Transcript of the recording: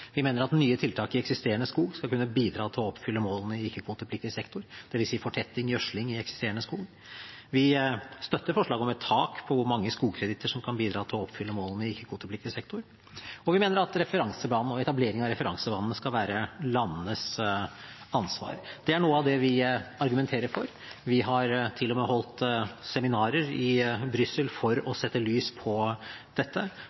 Vi mener nye tiltak i eksisterende skog skal kunne bidra til å oppfylle målene i ikke-kvotepliktig sektor, dvs. fortetting og gjødsling i eksisterende skog. Vi støtter forslag om et tak på hvor mange skogkreditter som kan bidra til å oppfylle målene i ikke-kvotepliktig sektor, og vi mener at referansebanen og etablering av referansebanene skal være landenes ansvar. Det er noe av det vi argumenterer for. Vi har til og med holdt seminarer i Brussel for å sette lys på dette,